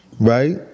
right